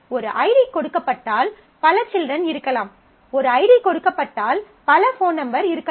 ஒரு ஐடி கொடுக்கப்பட்டால் பல சில்ட்ரன் இருக்கலாம் ஒரு ஐடி கொடுக்கப்பட்டால் பல ஃபோன் நம்பர் இருக்கலாம்